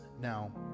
Now